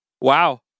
Wow